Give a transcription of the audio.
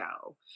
go